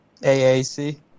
AAC